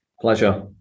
Pleasure